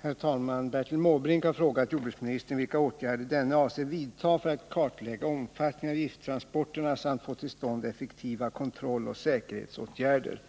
Herr talman! Bertil Måbrink har frågat jordbruksministern vilka åtgärder denne avser vidtaga för att kartlägga omfattningen av gifttransporterna samt få till stånd effektiva kontrolloch säkerhetsåtgärder.